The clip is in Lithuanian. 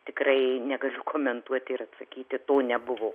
tikrai negaliu komentuoti ir atsakyti to nebuvo